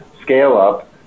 scale-up